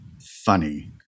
funny